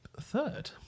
third